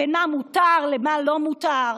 בין מה מותר למה לא מותר.